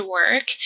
work